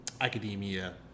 academia